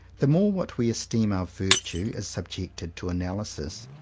the more what we esteem our virtue, is subjected to analysis,